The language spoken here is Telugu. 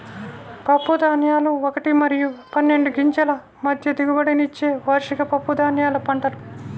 పప్పుధాన్యాలు ఒకటి మరియు పన్నెండు గింజల మధ్య దిగుబడినిచ్చే వార్షిక పప్పుధాన్యాల పంటలు